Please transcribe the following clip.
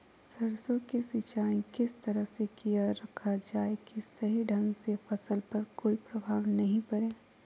सरसों के सिंचाई किस तरह से किया रखा जाए कि सही ढंग से फसल पर कोई प्रभाव नहीं पड़े?